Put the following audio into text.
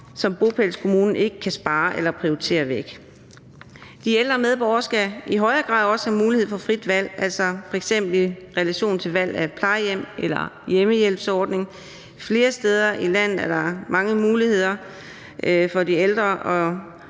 som bopælskommunen ikke kan spare eller prioritere væk. Kl. 11:01 De ældre medborgere skal også i højere grad have mulighed for frit valg, f.eks. i relation til valg af plejehjem eller hjemmehjælpsordning. Flere steder i landet er der mange muligheder for de ældre,